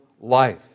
life